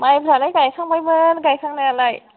माइफ्रालाय गायखांबायमोन गायखांनायालाय